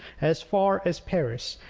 as far as paris,